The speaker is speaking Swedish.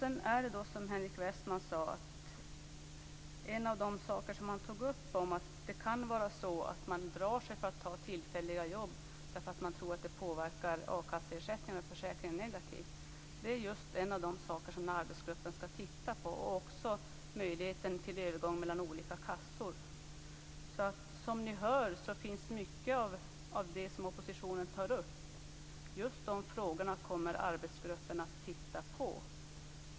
En av de saker som Henrik Westman tog upp är att man kan dra sig för att ta tillfälliga jobb därför att man tror att det påverkar a-kasseersättningen och försäkringen negativt. Det är just en av de saker som arbetsgruppen skall titta på, liksom på möjligheten till övergång mellan olika kassor. Som ni hör kommer arbetsgruppen att titta närmare på många av de frågor som oppositionen tar upp.